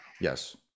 Yes